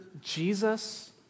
Jesus